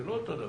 זה לא אותו דבר.